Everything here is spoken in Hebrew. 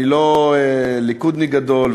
אני לא ליכודניק גדול,